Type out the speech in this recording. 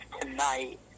tonight